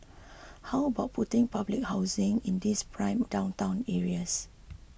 how about putting public housing in these prime downtown areas